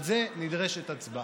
על זה נדרשת הצבעה.